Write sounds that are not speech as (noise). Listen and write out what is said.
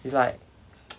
it's like (noise)